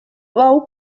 bou